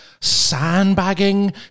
sandbagging